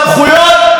תתביישו,